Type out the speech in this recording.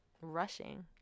rushing